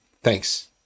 Thanks